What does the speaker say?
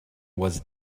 was